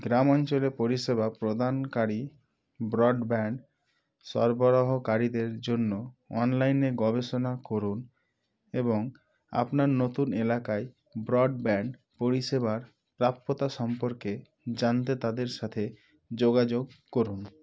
গ্রামাঞ্চলে পরিষেবা প্রদানকারী ব্রডব্যান্ড সরবরাহকারীদের জন্য অনলাইনে গবেষণা করুন এবং আপনার নতুন এলাকায় ব্রডব্যান্ড পরিষেবার প্রাপ্যতা সম্পর্কে জানতে তাদের সাথে যোগাযোগ করুন